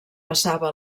passava